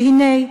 והנה,